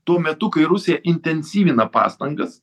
tuo metu kai rusija intensyvina pastangas